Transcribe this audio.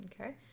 Okay